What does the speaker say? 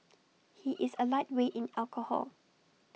he is A lightweight in alcohol